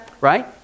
Right